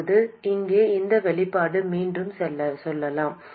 இப்போது இங்கே இந்த வெளிப்பாடு மீண்டும் செல்லலாம்